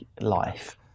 life